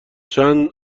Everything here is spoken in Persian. چند